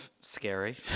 scary